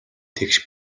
тэгш